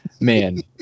man